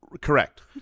Correct